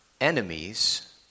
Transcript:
enemies